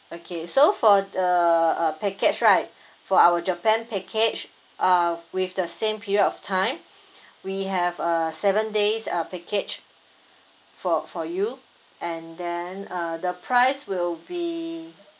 okay so for the uh package right for our japan package uh with the same period of time we have a seven days uh package for for you and then uh the price will be